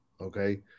okay